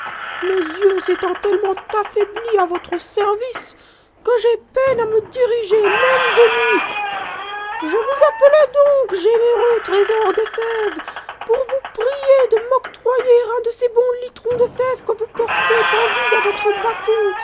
mes yeux s'étant tellement affaiblis votre service que j'ai peine à me diriger même de nuit je vous appelais donc généreux trésor des fèves pour vous prier de m'octroyer un de ces bons litrons de fèves que vous portex pendus à votre bâton